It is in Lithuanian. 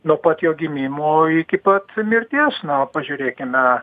nuo pat jo gimimo iki pat mirties na o pažiūrėkime